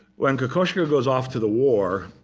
when kokoschka goes after the war,